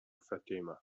fatima